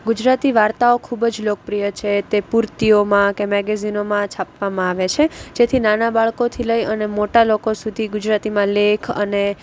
ગુજરાતી વાર્તાઓ ખૂબ જ લોકપ્રિય છે તે પૂર્તિઓમાં કે મેગેઝીનોમાં છાપવામાં આવે છે જેથી નાના બાળકોથી લઈ અને મોટા લોકો સુધી ગુજરાતીમાં લેખ અને